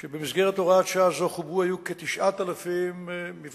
שבמסגרת הוראת השעה של מבנים שחוברו היא כ-9,000 מבנים